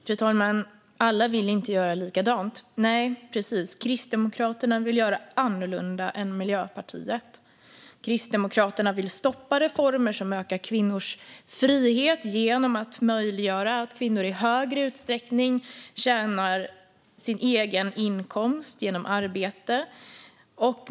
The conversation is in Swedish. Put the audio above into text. Fru talman! Alla vill inte göra likadant, säger Michael Anefur. Nej, precis. Kristdemokraterna vill göra annorlunda än Miljöpartiet. Kristdemokraterna vill stoppa reformer som ökar kvinnors frihet genom att möjliggöra att kvinnor i högre utsträckning har egen inkomst genom arbete.